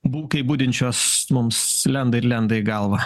būk kaip budinčios mums lenda ir lenda į galvą